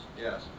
Yes